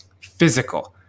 physical